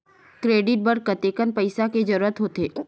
Credit बर कतेकन पईसा के जरूरत होथे?